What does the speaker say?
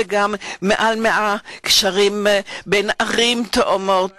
וגם מעל 100 קשרים בין ערים תאומות.